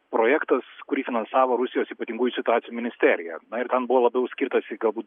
projektas kurį finansavo rusijos ypatingųjų situacijų ministerija na ir ten buvo labiau skirtas jisai galbūt